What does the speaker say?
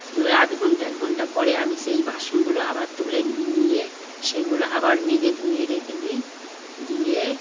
এবার আধ ঘন্টা এক ঘন্টা পরে আমি সেই বাসনগুলো আবার তুলে নিই নিয়ে সেগুলো আবার মেজে ধুয়ে রেখে দিই দিয়ে